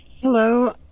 Hello